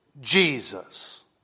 Jesus